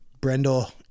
Brendel